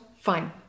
Fine